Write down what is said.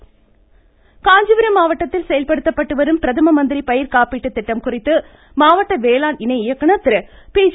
Kanchipuram voice Kanchipuram மாவட்டத்தில் செயல்படுத்தப்பட்டு வரும் பிரதம மந்திரி பயிர்க்காப்பீட்டு திட்டம் குறித்து மாவட்ட வேளாண் இணை இயக்குனர் திருஃது